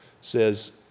says